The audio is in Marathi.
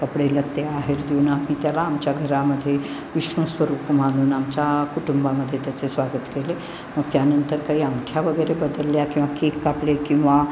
कपडेलत्ते अहेर देऊन आम्ही त्याला आमच्या घरामध्ये विष्णूस्वरूप मानून आमच्या कुटुंबामध्ये त्याचे स्वागत केले मग त्यानंतर काही अंगठ्या वगैरे बदलल्या किंवा केक कापले किंवा